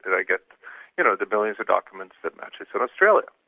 and i get you know, the billions of documents that matches but australia.